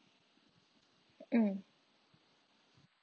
mm